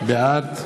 בעד